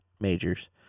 majors